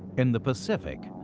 in the pacific,